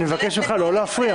אני מבקש ממך לא להפריע.